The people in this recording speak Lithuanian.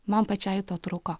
man pačiai to trūko